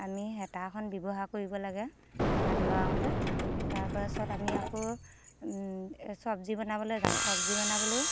আমি হেতাখন ব্যৱহাৰ কৰিব লাগে ভাত লৰাওঁতে তাৰ পিছত আমি আকৌ চব্জি বনাবলৈ যাওঁ চব্জি বনাবলৈ